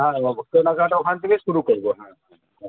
হ্যাঁ অবো কেনাকাটা ওখান থেকে শুরু করবো হ্যাঁ হ্যাঁ হ্যাঁ